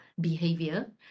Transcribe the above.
behavior